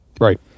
right